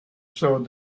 saw